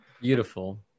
beautiful